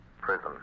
prison